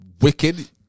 Wicked